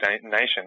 nation